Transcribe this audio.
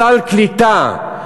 סל קליטה?